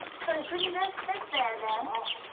so you couldn't just sit there, but